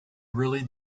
really